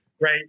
right